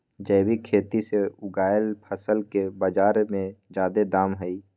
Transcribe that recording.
जैविक खेती से उगायल फसल के बाजार में जादे दाम हई